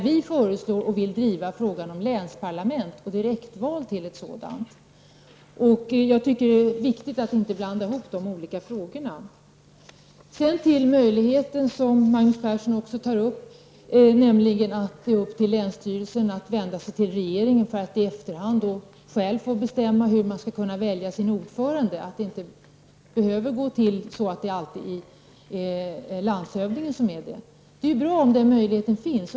Vi vill driva frågan om länsparlament och direktval till dessa. Jag tycker att det är viktigt att inte blanda ihop de olika frågorna. Magnus Persson tar också upp möjligheten för länsstyrelsen att vända sig till regeringen för att i efterhand själv få bestämma hur man skall välja sin ordförande. Det behöver inte alltid vara landshövdingen som är ordförande. Det är bra om den möjligheten finns.